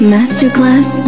Masterclass